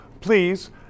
please